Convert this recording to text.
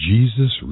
Jesus